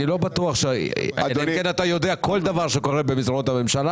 אני לא בטוח שאתה יודע כל דבר שקורה במסדרונות הממשלה.